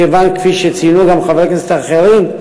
מכיוון שכפי שציינו גם חברי הכנסת האחרים,